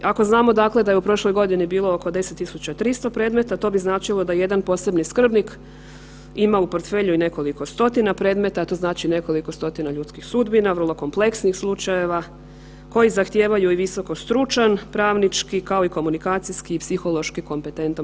Ako znamo dakle da je u prošloj godini bilo oko 10.300 predmeta to bi značilo da jedan posebni skrbnik ima u portfelju i nekoliko stotina predmeta, a to znači nekoliko stotina ljudskih sudbina, vrlo kompleksnih slučajeva koji zahtijevaju i visoko stručan pravnički kao i komunikacijski i psihološki kompetentan